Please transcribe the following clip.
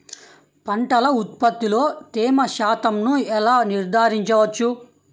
పంటల ఉత్పత్తిలో తేమ శాతంను ఎలా నిర్ధారించవచ్చు?